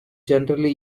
generally